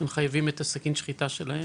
הם חייבים את סכין שחיטה שלהם.